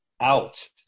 out